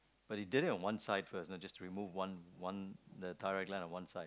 but he did it on one side first just to remove one one the tie on one side